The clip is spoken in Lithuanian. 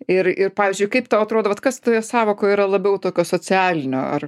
ir ir pavyzdžiui kaip tau atrodo vat kas toje sąvokoje yra labiau tokio socialinio ar